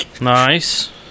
Nice